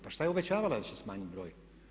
Pa što je obećavala da će smanjiti broj?